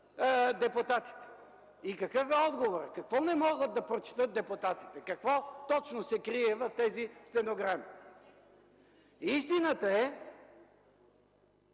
депутатите? Какъв е отговорът? Какво не могат да прочетат депутатите? Какво точно се крие в тези стенограми? (Реплика от